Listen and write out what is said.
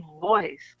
voice